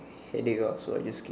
headache ah so I just skip